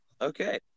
Okay